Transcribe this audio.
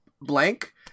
blank